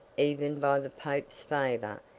even by the pope's favour,